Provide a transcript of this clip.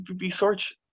research